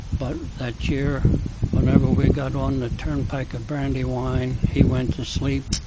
but that year whenever we got on the turnpike at brandywine, he went to sleep.